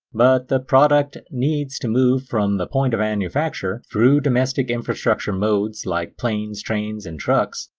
but the product needs to move from the point of manufacture, through domestic infrastructure modes like planes, trains, and trucks,